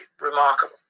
remarkable